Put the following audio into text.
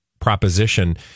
proposition